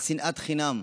על שנאת חינם.